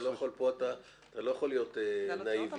פה אתה לא יכול להיות נאיבי,